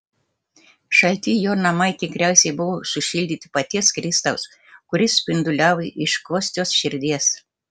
šalti jo namai tikriausiai buvo sušildyti paties kristaus kuris spinduliavo iš kostios širdies